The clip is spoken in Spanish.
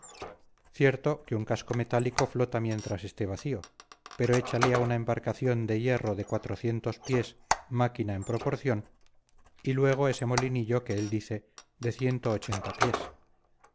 cierto que un casco metálico flota mientras esté vacío pero échale a una embarcación de hierro de cuatrocientos pies máquina en proporción y luego ese molinillo que él dice de ciento ochenta pies